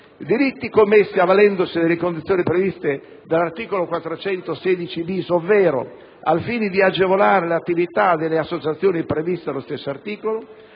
delitti commessi avvalendosi delle condizioni previste dall'articolo 416-*bis* ovvero al fine di agevolare l'attività delle associazioni previste dallo stesso articolo;